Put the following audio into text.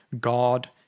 God